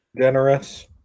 generous